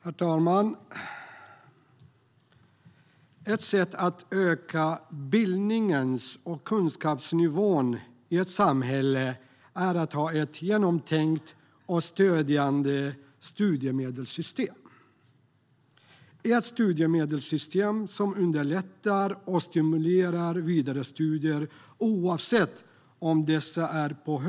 Herr talman! Ett sätt att öka bildningen och kunskapsnivån i ett samhälle är att ha ett genomtänkt och stödjande studiemedelssystem - ett studiemedelssystem som underlättar och stimulerar vidare studier oavsett om dessa är på